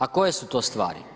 A koje su to stvari?